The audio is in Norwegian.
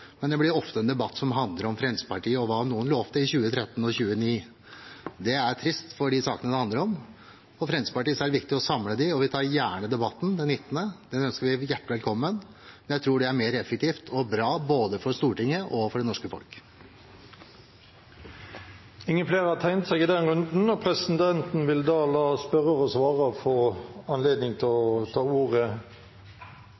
men det blir ofte en debatt som handler om Fremskrittspartiet og hva noen lovte i 2013 og 2009. Det er trist for de sakene det handler om. For Fremskrittspartiet er det viktig å samle dem, og vi tar gjerne debatten den 19. – den ønsker vi hjertelig velkommen. Jeg tror det er mer effektivt og bra – både for Stortinget og for det norske